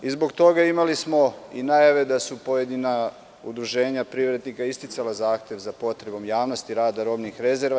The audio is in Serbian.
Zbog toga smo imali i najave da su pojedina udruženja privrednika isticala zahtev za potrebom javnosti rada robnih rezervi.